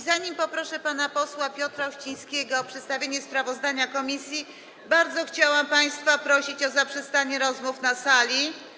Zanim poproszę pana posła Piotra Uścińskiego o przedstawienie sprawozdania komisji, chciałam państwa bardzo prosić o zaprzestanie rozmów na sali.